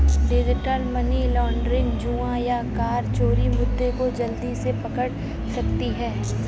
digital money laundering, जुआ या कर चोरी मुद्दे को जल्दी से पकड़ सकती है